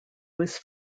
was